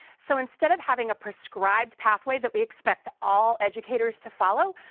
so instead of having a prescribed pathway that we expect all educators to follow,